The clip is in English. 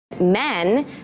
men